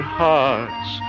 hearts